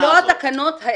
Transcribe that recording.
נכון, היא לא לתקנות האלה.